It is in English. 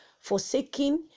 forsaking